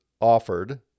offered